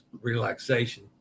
relaxation